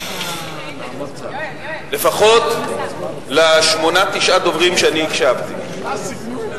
בהם, לפחות שמונה-תשעה הדוברים שאני הקשבתי להם.